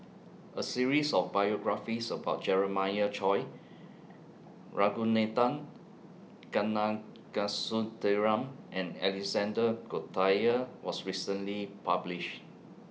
A series of biographies about Jeremiah Choy Ragunathar Kanagasuntheram and Alexander Guthrie was recently published